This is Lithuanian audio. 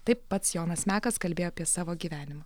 taip pats jonas mekas kalbėjo apie savo gyvenimą